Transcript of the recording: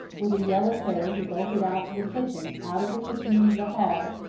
with a yell of terror he bolted out to the kitchen, out of the kitchen into the hall,